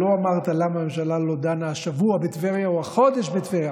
ולא אמרת: למה הממשלה לא דנה השבוע בטבריה או החודש בטבריה.